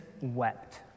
wept